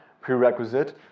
prerequisite